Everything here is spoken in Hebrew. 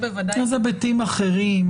אז היבטים אחרים.